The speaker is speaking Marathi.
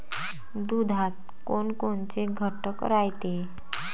दुधात कोनकोनचे घटक रायते?